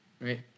right